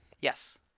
Yes